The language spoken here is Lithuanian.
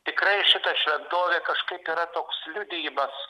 tikrai šita šventovė kažkaip yra toks liudijimas